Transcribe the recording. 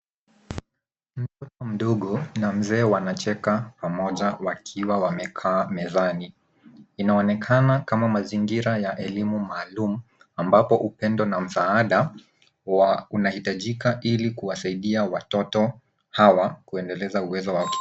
Mtoto mdogo na mzee wanacheka pamoja wakiwa wamekaa mezani. Inaonekana kama mazingira ya elimu maalum ambapo upendo na msaada unahitajika ili kuwasaidia watoto hawa kuendeleza uwezo waki.